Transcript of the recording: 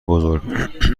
بزرگ